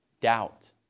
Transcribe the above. doubt